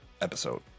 episode